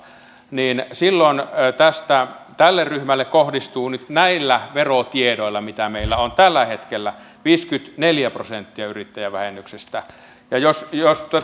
niin silloin tälle ryhmälle kohdistuu nyt näillä verotiedoilla mitä meillä on tällä hetkellä viisikymmentäneljä prosenttia yrittäjävähennyksestä ja jos jos